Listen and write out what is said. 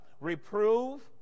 Reprove